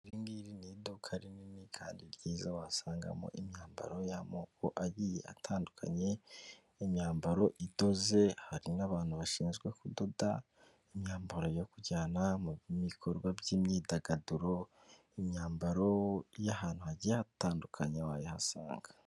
Iri ngiri ni iduka rinini kandi ryiza wasangamo imyambaro y'amoko agiye atandukanye, imyambaro idoze hari n'abantu bashinzwe kudoda imyambaro yo kujyana mu bikorwa by'imyidagaduro, imyambaro y'ahantu hagiye hatandukanye wayihasanga.